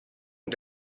and